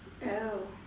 oh